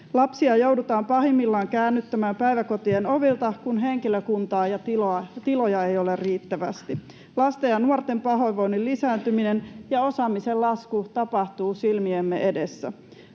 Lapsia joudutaan pahimmillaan käännyttämään päiväkotien ovilta, kun henkilökuntaa ja tiloja ei ole riittävästi. Lasten ja nuorten pahoinvoinnin lisääntyminen ja osaamisen lasku tapahtuu silmiemme edessä.